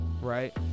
Right